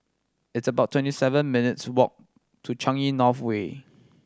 it's about twenty seven minutes' walk to Changi North Way